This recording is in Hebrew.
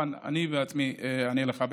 אני בעצמי אענה לך.